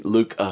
Luke